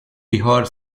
bihar